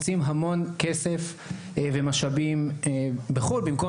הם מוציאים המון כסף ומשאבים בחו"ל וזאת במקום